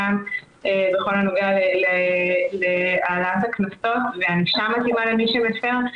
גם בכל הנוגע להעלאת הקנסות וענישה מתאימה למי שמפר,